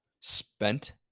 spent